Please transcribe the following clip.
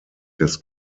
des